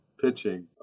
pitching